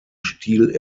stil